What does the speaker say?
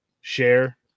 share